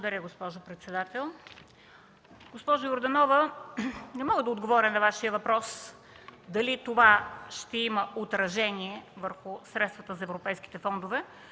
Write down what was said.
Благодаря, госпожо председател. Госпожо Йорданова, не мога да отговоря на Вашия въпрос дали това ще има отражение върху средствата за европейските фондове,